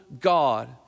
God